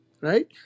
right